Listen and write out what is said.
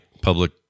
public